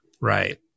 Right